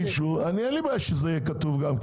אין לי בעיה שזה יהיה כתוב.